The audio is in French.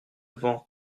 vent